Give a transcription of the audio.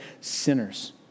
sinners